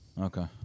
Okay